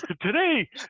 Today